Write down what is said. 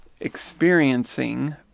experiencing